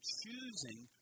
choosing